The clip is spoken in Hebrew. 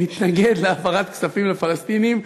מתנגד להעברת כספים לפלסטינים,